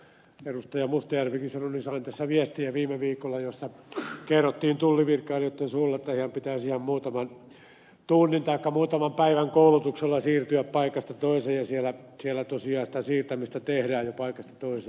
mustajärvikin sanoi niin sain tässä viestiä viime viikolla jossa kerrottiin tullivirkailijoitten suulla että heidän pitäisi ihan muutaman tunnin taikka muutaman päivän koulutuksella siirtyä paikasta toiseen ja siellä tosiaan sitä siirtämistä tehdään jo paikasta toiseen